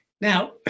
Now